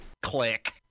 Click